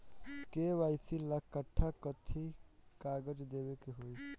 KYC ला कट्ठा कथी कागज देवे के होई?